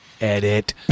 edit